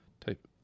type